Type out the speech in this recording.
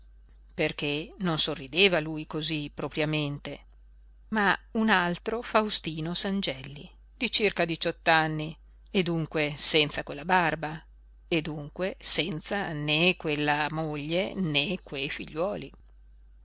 perché non sorrideva lui cosí propriamente ma un altro faustino sangelli di circa diciott'anni e dunque senza quella barba e dunque senza né quella moglie né quei figliuoli